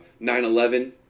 9-11